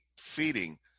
feeding